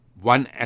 one